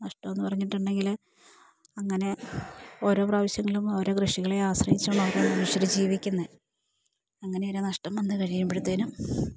നഷ്ടോ എന്ന് പറഞ്ഞിട്ടുണ്ടെങ്കിൽ അങ്ങനെ ഓരോ പ്രാവശ്യങ്ങളും ഓരോ കൃഷികളെ ആശ്രയിച്ചുകൊണ്ടാണ് മനുഷ്യർ ജീവിക്കുന്നത് അങ്ങനെയൊരു നഷ്ടം വന്ന് കഴിയുമ്പോഴ്ത്തേനും